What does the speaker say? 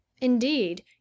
Indeed